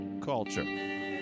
culture